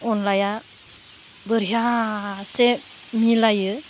अनलाया बरहियासे मिलायो